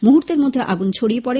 মুহূর্তের মধ্যে আগুন ছড়িয়ে যায়